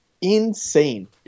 insane